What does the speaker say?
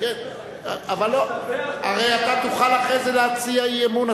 אתה תוכל אחרי זה להציע אי-אמון.